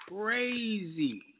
crazy